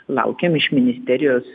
laukiam iš ministerijos